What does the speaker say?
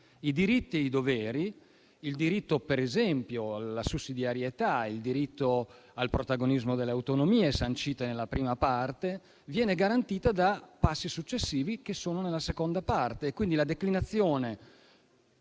I diritti e i doveri - come il diritto alla sussidiarietà e il diritto al protagonismo delle autonomie, sanciti nella prima parte - vengono garantiti da passi successivi, che si trovano nella seconda parte, quindi la declinazione